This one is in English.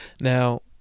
Now